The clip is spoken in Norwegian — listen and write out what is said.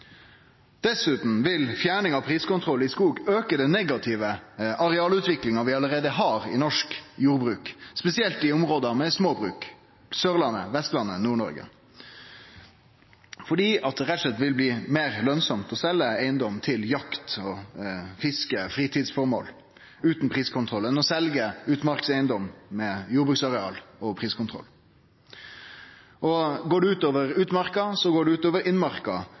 Dessutan vil fjerning av priskontroll på skog auke den negative arealutviklinga vi allereie har i norsk jordbruk, spesielt i område med småbruk: Sørlandet, Vestlandet, Nord-Noreg – fordi det rett og slett vil bli meir lønsamt å selje eigedom til jakt-, fiske- og fritidsføremål utan priskontroll enn å selje utmarkseigedom med jordbruksareal med priskontroll. Går det ut over utmarka, går det ut over innmarka,